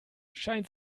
scheint